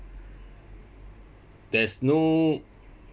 there's no